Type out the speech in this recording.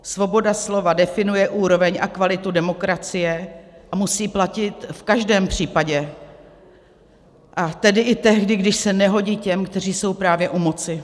Svoboda slova definuje úroveň a kvalitu demokracie a musí platit v každém případě, a tedy i tehdy, když se nehodí těm, kteří jsou právě u moci.